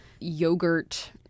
yogurt